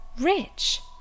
Rich